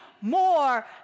more